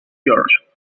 george